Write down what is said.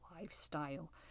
lifestyle